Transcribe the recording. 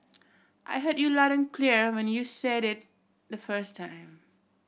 I heard you loud and clear when you said it the first time